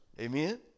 Amen